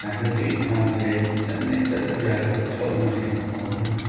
ꯆꯥꯟꯗꯦꯜ ꯇꯨ ꯏꯝꯐꯥꯜꯁꯦ ꯑꯩ ꯆꯠꯇꯕ ꯌꯥꯗꯕ ꯊꯕꯛ ꯑꯃ ꯂꯩꯔꯕꯀꯣ ꯑꯗꯨꯅ